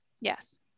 Yes